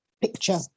picture